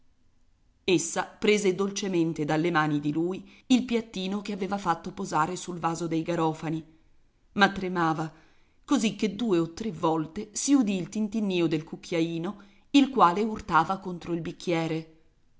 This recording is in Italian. essa prese dolcemente dalle mani di lui il piattino che aveva fatto posare sul vaso dei garofani ma tremava così che due o tre volte si udì il tintinnìo del cucchiaino il quale urtava contro il bicchiere